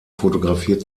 fotografiert